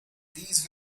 these